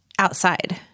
Outside